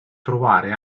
trovare